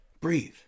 Breathe